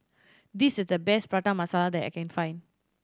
this is the best Prata Masala that I can find